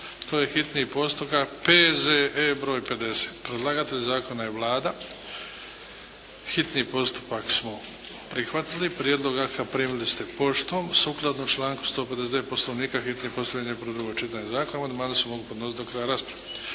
drugo čitanje, P.Z.E. br. 50 Predlagatelj Zakona je Vlada, hitni postupak smo prihvatili. Prijedlog akta primili ste poštom. Sukladno članku 159. Poslovnika, hitni postupak objedinjuje prvo i drugo čitanje zakona. Amandmani se mogu podnositi do kraja rasprave.